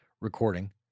recording